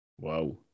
Wow